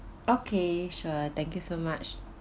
okay sure thank you so much